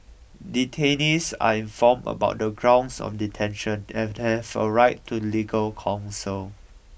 detainees are informed about the grounds of detention and have a right to legal counsel